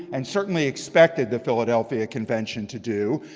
and certainly expected the philadelphia convention to do.